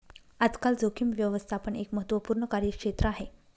आजकाल जोखीम व्यवस्थापन एक महत्त्वपूर्ण कार्यक्षेत्र आहे